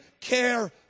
care